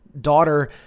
daughter